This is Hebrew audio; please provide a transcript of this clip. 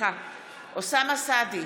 אוסאמה סעדי,